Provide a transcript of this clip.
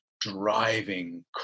driving